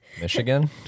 michigan